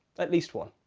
at least one,